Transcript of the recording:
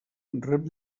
rep